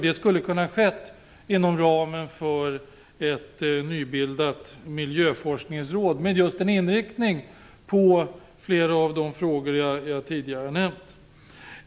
Det skulle ha kunnat ske inom ramen för ett nybildat miljöforskningsråd med en inriktning på flera av de frågor som jag tidigare nämnt.